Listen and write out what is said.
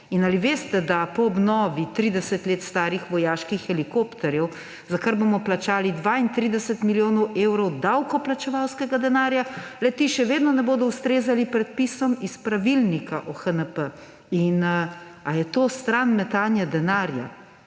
Ali veste, da po obnovi 30 let starih vojaških helikopterjev, za kar bomo plačali 32 milijonov evrov davkoplačevalskega denarja, le-ti še vedno ne bodo ustrezali predpisom iz pravilnika o HNMP in ali je to stran metanje denarja?